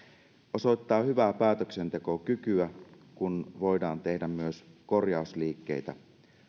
osoittaa hyvää päätöksentekokykyä kun voidaan tehdä myös korjausliikkeitä